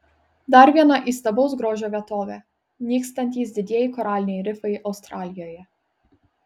dar viena įstabaus grožio vietovė nykstantys didieji koraliniai rifai australijoje